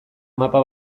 mapa